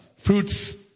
fruits